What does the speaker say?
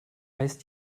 heißt